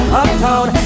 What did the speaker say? uptown